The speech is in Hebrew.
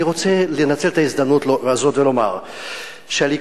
אני רוצה לנצל את ההזדמנות הזאת ולומר שהליכוד